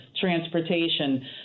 transportation